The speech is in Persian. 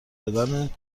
دادن